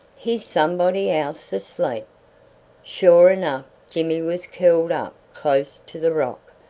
here's somebody else asleep! sure enough jimmy was curled up close to the rock,